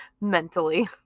mentally